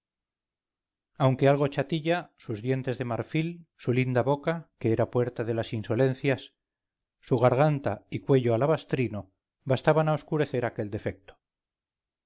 aunque algo chatilla sus dientes de marfil su linda boca que era puerta de las insolencias su garganta y cuello alabastrino bastaban a oscurecer aquel defecto